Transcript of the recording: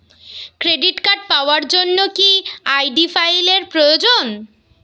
Credit card পাওয়ার জন্য কি আই.ডি ফাইল এর প্রয়োজন?